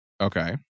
Okay